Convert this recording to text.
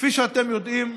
כפי שאתם יודעים,